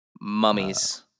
Mummies